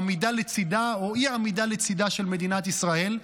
עמידה לצידה או אי-עמידה לצידה של מדינת ישראל.